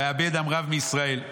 ויאבד עם רב מישראל.